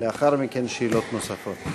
לאחר מכן, שאלות נוספות.